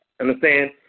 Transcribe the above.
Understand